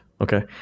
Okay